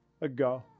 ago